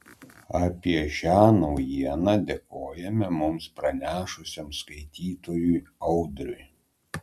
apie šią naujieną dėkojame mums pranešusiam skaitytojui audriui